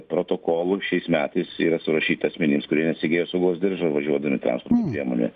protokolų šiais metais yra surašyta asmenims kurie nesegėjo saugos diržo važiuodami transporto priemone